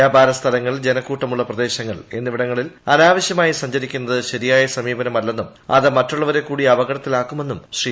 വ്യാപാര സ്ഥലങ്ങൾ ജനക്കൂട്ടമുള്ള പ്രദേശങ്ങൾ എന്നിവിടങ്ങളിൽ അനാവശ്യമായി സഞ്ചരിക്കുന്നത് ശരിയായ സമീപനമല്ലെന്നും അത് മറ്റുള്ളവരെ കൂടി അപകടത്തിലാക്കുമെന്നും ശ്രീ